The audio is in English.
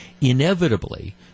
Inevitably